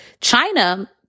China